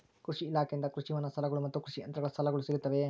ಕೃಷಿ ಇಲಾಖೆಯಿಂದ ಕೃಷಿ ವಾಹನ ಸಾಲಗಳು ಮತ್ತು ಕೃಷಿ ಯಂತ್ರಗಳ ಸಾಲಗಳು ಸಿಗುತ್ತವೆಯೆ?